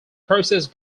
process